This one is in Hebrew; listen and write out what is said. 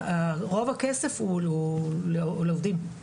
רוב הכסף הוא לעובדים.